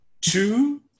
two